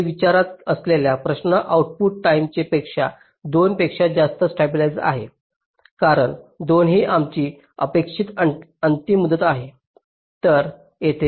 आम्ही विचारत असलेला प्रश्न आउटपुट टाईमे पेक्षा 2 पेक्षा जास्त स्टॅबिलिज्ड आहे कारण 2 ही आमची अपेक्षित अंतिम मुदत आहे